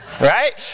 Right